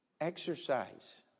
Exercise